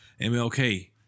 MLK